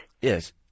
Yes